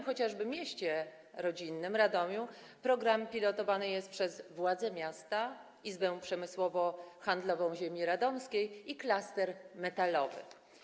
Chociażby w moim mieście rodzinnym Radomiu program pilotowany jest przez władze miasta, Izbę Przemysłowo-Handlową Ziemi Radomskiej i klaster metalowy.